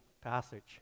passage